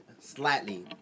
slightly